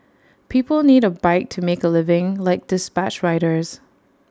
people need A bike to make A living like dispatch riders